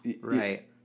Right